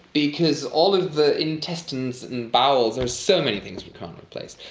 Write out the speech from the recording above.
because all of the intestines and bowels, there's so many things we can't replace.